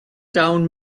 down